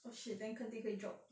oh shit then 肯定会 drop